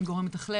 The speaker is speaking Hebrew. אין גורם מתכלל.